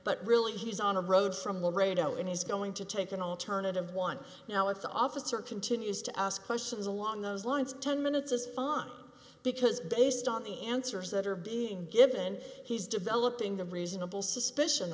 but really he's on a road from laredo and he's going to take an alternative one now if the officer continues to ask questions along those lines ten minutes is fine because based on the answers that are being given he's developing the reasonable suspicion